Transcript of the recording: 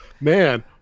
Man